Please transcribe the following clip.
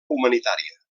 humanitària